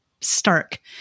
stark